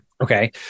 Okay